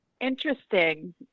interesting